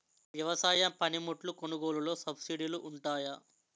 వ్యవసాయ పనిముట్లు కొనుగోలు లొ సబ్సిడీ లు వుంటాయా?